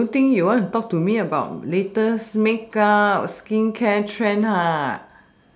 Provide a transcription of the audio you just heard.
I don't think you want to talk to me about latest make up skincare trend